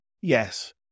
Yes